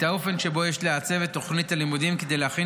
את האופן שבו יש לעצב את תוכנית הלימודים כדי להכין